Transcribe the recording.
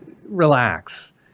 relax